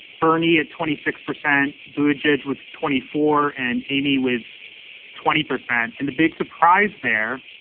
bernie, at twenty six percent, boobage with twenty four and amy with twenty percent. and the big surprise there,